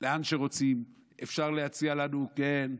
לאן שרוצים, אפשר להציע לנו, כן,